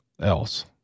else